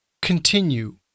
Continue